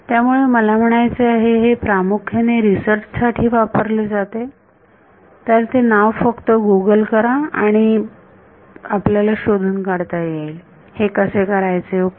त्यामुळे मला म्हणायचे आहे हे प्रामुख्याने रिसर्च साठी वापरले जाते तर हे नाव फक्त गूगल करा आणि आपल्याला शोधून काढता येईल हे कसे करायचे ओके